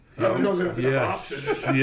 Yes